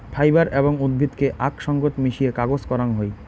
fibre এবং উদ্ভিদকে আক সঙ্গত মিশিয়ে কাগজ করাং হই